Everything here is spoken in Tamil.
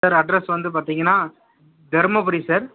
சார் அட்ரஸ் வந்து பார்த்திங்கன்னா தருமபுரி சார்